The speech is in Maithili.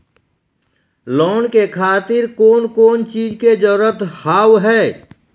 लोन के खातिर कौन कौन चीज के जरूरत हाव है?